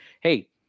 hey